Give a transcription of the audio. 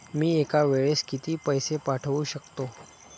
मी एका वेळेस किती पैसे पाठवू शकतो?